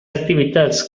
activitats